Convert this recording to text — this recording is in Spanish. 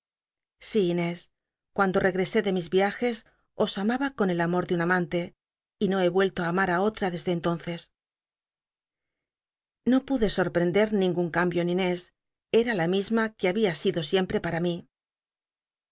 inés cuando regresé de mis viajes os amaba con el amor de un amante y no he vuelto amar á otra desde entonces no pude sorprender ningun cambio en inés era la misma que babia sido siempre para mí